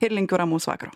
ir linkiu ramaus vakaro